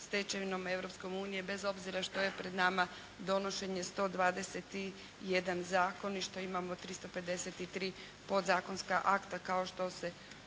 stečevinom Europske unije bez obzira što je pred nama donošenje 121 zakon i što imamo 353 podzakonska akta kao što smo